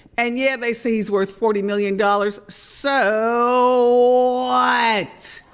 and yeah they say he's worth forty million dollars, so like what!